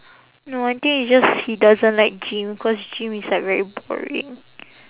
no I think it's just he doesn't like gym cause gym is like very boring